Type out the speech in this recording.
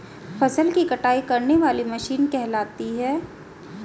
फसल की कटाई करने वाली मशीन कहलाती है?